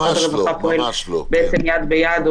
משרד הרווחה פועל יד ביד,